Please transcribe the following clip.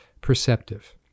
perceptive